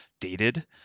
dated